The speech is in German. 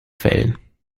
quellen